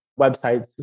websites